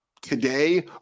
today